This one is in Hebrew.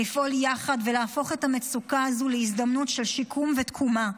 לפעול יחד ולהפוך את המצוקה הזו להזדמנות של שיקום ותקומה.